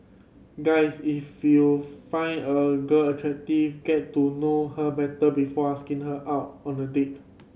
guys if you find a girl attractive get to know her better before asking her out on a date